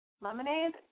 Lemonade